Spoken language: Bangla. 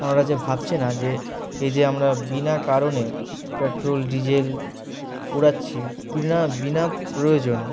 ওনারা যে ভাবছে না যে এই যে আমরা বিনা কারণে পেট্রোল ডিজেল পোড়াচ্ছি বিনা বিনা প্রয়োজনে